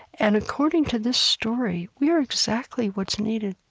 and according to this story, we are exactly what's needed.